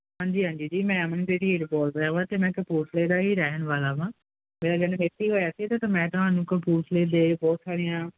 ਹਾਂਜੀ ਹਾਂਜੀ ਜੀ ਮੈਂ ਅਮਨ ਦਰੀਜ ਬੋਲ ਰਿਹਾ ਵਾ ਤੇ ਮੈਂ ਕਪੂਰਥਲੇ ਦਾ ਹੀ ਰਹਿਣ ਵਾਲਾ ਵਾਂ ਮੇਰਾ ਜਨਮ ਏਥੀ ਹੋਇਆ ਸੀ ਤੇ ਮੈਂ ਤੁਹਾਨੂੰ ਕਪੂਰਥਲੇ ਦੇ ਬਹੁਤ ਸਾਰੀਆਂ